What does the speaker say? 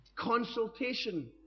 consultation